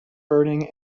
burning